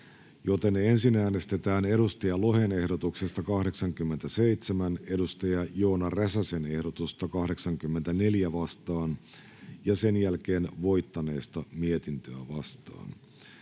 joten ensin äänestetään Markus Lohen ehdotuksesta 87 Joona Räsäsen ehdotusta 84 vastaan ja sen jälkeen voittaneesta mietintöä vastaan.